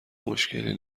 مشکلی